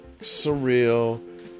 surreal